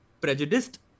prejudiced